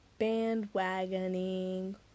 bandwagoning